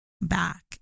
back